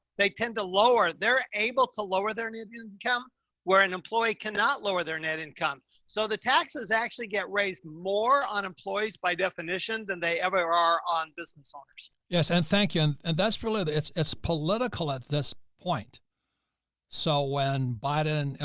they tend to lower, they're able to lower their income where an employee cannot lower their net income. so the taxes actually get raised more on employees by definition, than they ever are on business owners. yes. and thank you. and and that's really the it's as political at this point saw when biden, and and